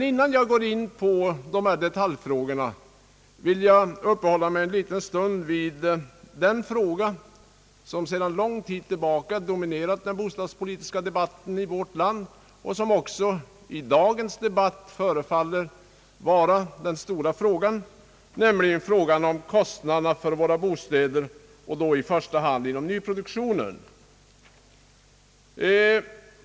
Innan jag går in på dessa detaljfrågor, vill jag uppehålla mig en liten stund vid den fråga som sedan lång tid tillbaka har dominerat den bostadspolitiska debatten i vårt land och som också i dagens debatt förefaller vara den stora frågan, nämligen frågan om kostnaderna för våra bostäder och då i första hand inom nyproduktionen.